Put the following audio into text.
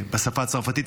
בשפה הצרפתית,